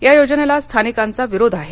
या योजनेला स्थानिकांचा विरोध आहे